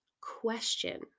question